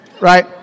Right